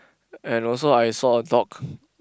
and also I saw a dog